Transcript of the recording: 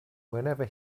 whenever